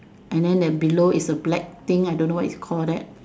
and then that below is a black thing I don't know what it's called that